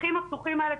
השטחים הפתוחים האלה,